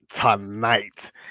tonight